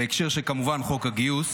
בהקשר של חוק הגיוס